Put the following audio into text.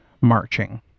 marching